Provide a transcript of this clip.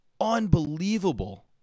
unbelievable